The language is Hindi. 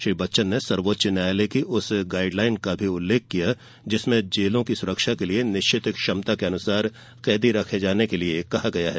श्री बच्चन ने सर्वोच्च न्यायालय की उस गाइड लाइन का भी उल्लेख किया जिसमें जेलों की सुरक्षा के लिये निश्चित क्षमता के अनुसार कैदी रखे जाने के लिये कहा गया है